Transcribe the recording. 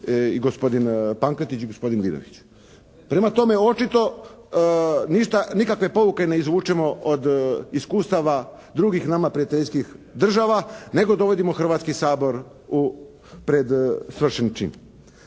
i gospodin Pankretić, gospodin Vidović. Prema tome, očito nikakve pouke ne izvučemo od iskustava drugih nama prijateljskih država nego dovodimo Hrvatski sabor pred svršen čin.